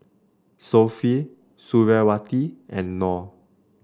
Sofea Suriawati and Nor